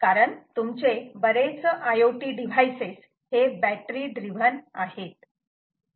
कारण तुमचे बरेच IOT डिव्हाइसेस हे बॅटरी ड्रायव्हन आहेत